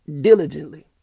diligently